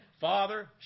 Father